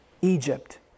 Egypt